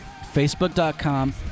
facebook.com